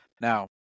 Now